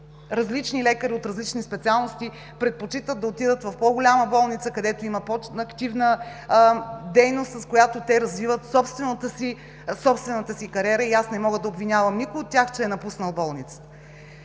ни, и лекари от различни специалности предпочитат да отидат в по-голяма болница, където има по-активна дейност, с която те развиват собствената си кариера. И аз не мога да обвинявам никого от тях, че е напуснал болницата.